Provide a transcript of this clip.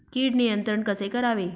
कीड नियंत्रण कसे करावे?